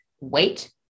wait